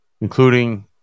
including